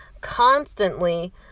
constantly